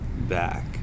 back